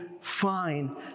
fine